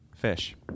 Fish